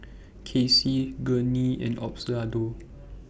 Kacey Gurney and Osbaldo